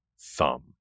thumb